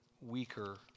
weaker